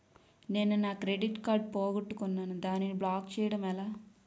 నేను నా credit card పోగొట్టుకున్నాను దానిని బ్లాక్ చేయడం ఎలా?